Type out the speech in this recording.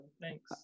Thanks